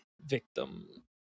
victim